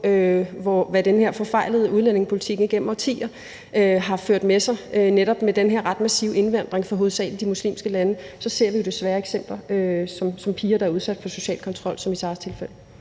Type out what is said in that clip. hvad den her forfejlede udlændingepolitik igennem årtier har ført med sig i form af netop den her ret massive indvandring fra hovedsagelig muslimske lande. Så ser vi jo desværre eksempler på piger, der som i Sarahs tilfælde